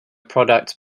product